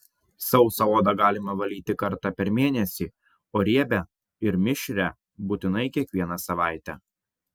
sausą odą galima valyti kartą per mėnesį o riebią ir mišrią būtinai kiekvieną savaitę